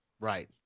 Right